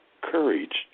courage